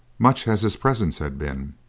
much as his presence had been,